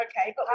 okay